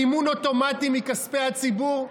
מימון אוטומטי מכספי הציבור,